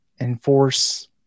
enforce